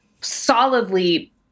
solidly